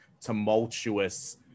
tumultuous